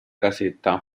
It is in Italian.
casetta